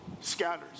scatters